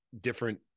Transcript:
different